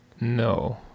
No